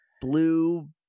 Blue